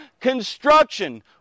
construction